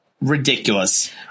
ridiculous